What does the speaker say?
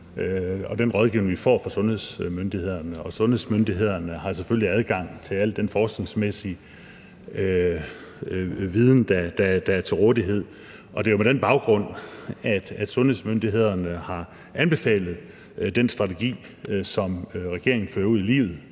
på den rådgivning, vi får fra sundhedsmyndighederne, og sundhedsmyndighederne har selvfølgelig adgang til al den forskningsmæssige viden, der er til rådighed. Det er med den baggrund, at sundhedsmyndighederne har anbefalet den strategi, som regeringen fører ud i livet,